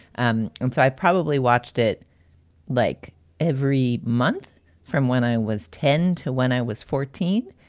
um and so i probably watched it like every month from when i was ten to when i was fourteen.